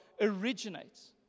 originates